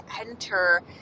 enter